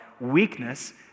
weakness